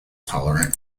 tolerant